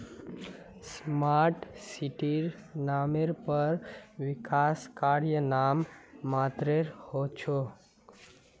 smart सिटीर नामेर पर विकास कार्य नाम मात्रेर हो छेक